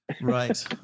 Right